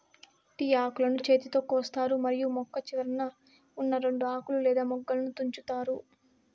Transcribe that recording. tea ఆకులను చేతితో కోస్తారు మరియు మొక్క చివరన ఉన్నా రెండు ఆకులు లేదా మొగ్గలను తుంచుతారు